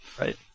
Right